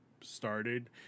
started